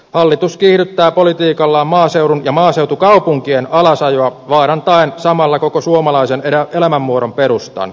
hallitus kiihdyttää politiikallaan maaseudun ja maaseutukaupunkien alasajoa vaarantaen samalla koko suomalaisen elämänmuodon perustan